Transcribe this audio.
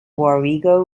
warrego